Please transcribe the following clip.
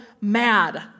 mad